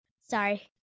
Sorry